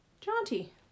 Jaunty